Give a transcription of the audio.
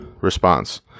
response